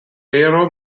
aero